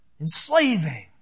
Enslaving